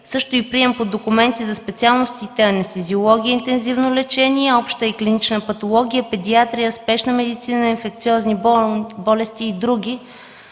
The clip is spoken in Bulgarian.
също и прием по документи за специалностите анестезиология и интензивно лечение, обща и клинична патология, педиатрия, спешна медицина, инфекциозни болести и други,